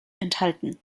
enthalten